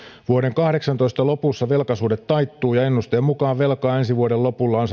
vuoden kaksituhattakahdeksantoista lopussa velkasuhde taittuu ja ennusteen mukaan velkaa ensi vuoden lopulla on